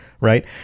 Right